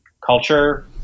culture